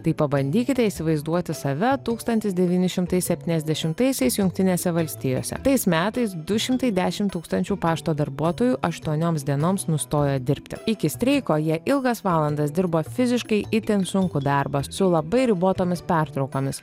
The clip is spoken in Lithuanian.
tai pabandykite įsivaizduoti save tūkstantis devyni šimtai septyniasdešimtaisiais jungtinėse valstijose tais metais du šimtai dešimt tūkstančių pašto darbuotojų aštuonioms dienoms nustojo dirbti iki streiko jie ilgas valandas dirbo fiziškai itin sunkų darbą su labai ribotomis pertraukomis